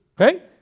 Okay